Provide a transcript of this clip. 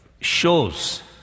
shows